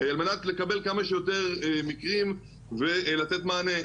על מנת שאקבל כמה שיותר מקרים ולתת מענה.